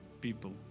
people